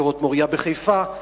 ושדרות-מורייה בחיפה,